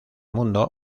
mundo